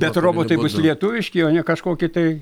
bet robotai bus lietuviški o ne kažkokie tai